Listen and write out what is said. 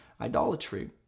idolatry